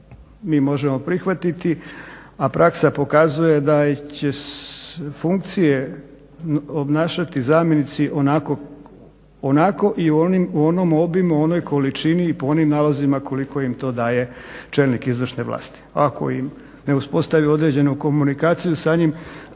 mi možemo prihvatiti, a praksa pokazuje da će funkcije obnašati zamjenici onako i u onom obimu, onoj količini i po onim nalozima koliko im to daje čelnik izvršne vlasti. Ako im ne uspostavi određenu komunikaciju sa njim